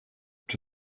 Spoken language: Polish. czy